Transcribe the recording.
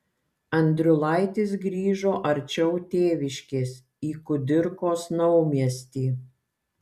andriulaitis grįžo arčiau tėviškės į kudirkos naumiestį